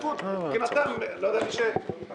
הליכוד --- לא ידעתי שהרב גפני התפקד לליכוד.